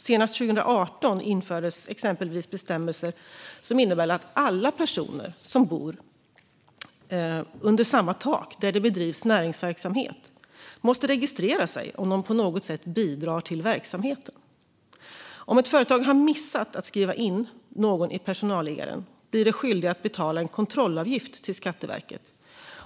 Senast 2018 infördes exempelvis bestämmelser som innebär att alla personer som bor under samma tak där det bedrivs näringsverksamhet måste registrera sig om de på något sätt bidrar till verksamheten. Om ett företag har missat att skriva in någon i personalliggaren blir det skyldigt att betala en kontrollavgift till Skatteverket.